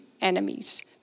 enemies